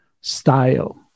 style